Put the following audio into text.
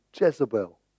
Jezebel